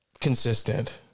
consistent